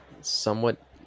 somewhat